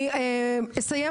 אני רוצה להגיד מה אמרתי.